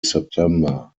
september